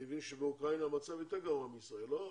אני מבין שבאוקראינה המצב יותר גרוע מישראל, לא?